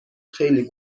خیلی